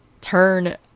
turn